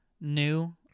new